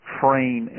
train